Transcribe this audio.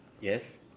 yes